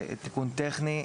זה תיקון טכני.